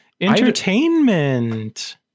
entertainment